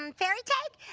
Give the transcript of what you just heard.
um fairy tag?